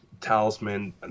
talisman